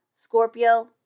Scorpio